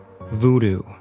voodoo